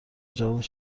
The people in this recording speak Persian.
جواب